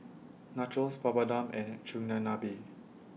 Nachos Papadum and Chigenabe